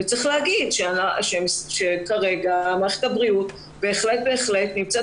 צריך להגיד שכרגע מערכת הבריאות בהחלט נמצאת